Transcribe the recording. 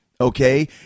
okay